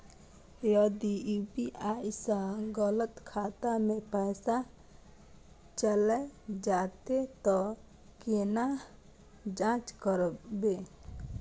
यदि यु.पी.आई स गलत खाता मे पैसा चैल जेतै त केना जाँच करबे?